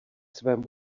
svém